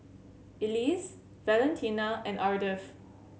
Elise Valentina and Ardeth